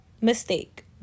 Mistake